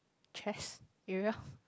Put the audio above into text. chest area